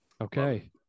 Okay